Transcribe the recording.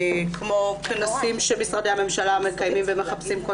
כמו כנסים שמשרדי הממשלה מקיימים ומחפשים כל